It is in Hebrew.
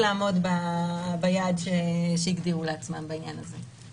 לעמוד ביעד שהגדירו לעצמן בעניין הזה.